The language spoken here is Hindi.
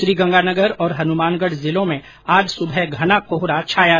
श्रीगंगानगर और हनुमानगढ़ जिलों में आज सुबह घना कोहरा छाया रहा